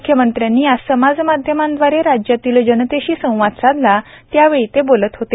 मुख्यमंत्र्यांनी आज समाजमाध्यमांदवारे राज्यातील जनतेशी संवाद साधला त्यावेळी ते बोलत होते